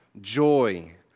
joy